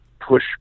push